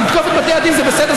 כי לתקוף את בתי הדין זה בסדר,